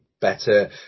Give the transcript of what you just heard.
better